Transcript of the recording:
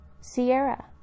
Sierra